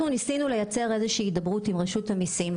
אנחנו מנסים לקיים הידברות עם רשות המיסים,